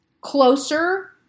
closer